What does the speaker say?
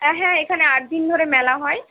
হ্যাঁ এখানে আট দিন ধরে মেলা হয়